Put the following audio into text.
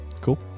Cool